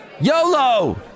Yolo